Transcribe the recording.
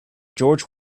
george